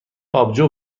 آبجو